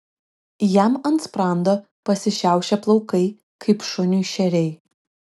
jam ant sprando pasišiaušė plaukai kaip šuniui šeriai